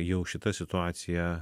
jau šita situacija